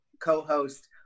co-host